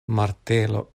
martelo